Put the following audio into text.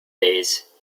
days